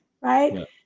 right